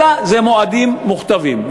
אלא אלה מועדים מוכתבים.